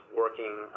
working